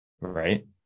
right